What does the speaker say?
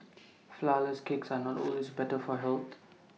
Flourless Cakes are not always better for health